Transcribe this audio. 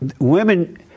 Women